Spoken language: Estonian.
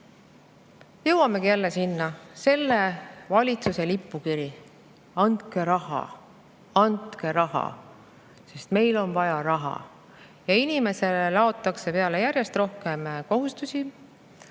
Jõuamegi jälle selleni, et selle valitsuse lipukiri on: andke raha, andke raha! Meil on vaja raha! Ja inimesele laotakse peale järjest rohkem kohustusi,